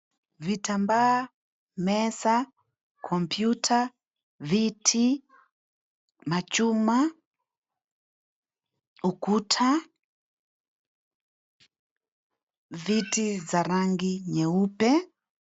Vitambaa, meza, kompyuta, viti, machuma, ukuta, viti za rangi nyeupe.